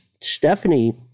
Stephanie